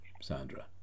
Sandra